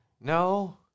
No